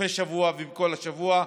בסופי שבוע וכל השבוע.